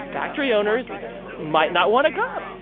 factory owners might not want to come.